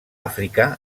àfrica